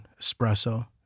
espresso